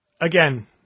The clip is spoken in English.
again